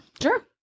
Sure